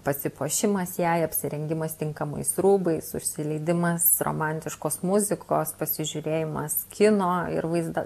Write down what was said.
pasipuošimas jai apsirengimas tinkamais rūbais užsileidimas romantiškos muzikos pasižiūrėjimas kino ir vaizdo